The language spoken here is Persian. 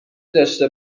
داشته